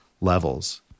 levels